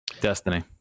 destiny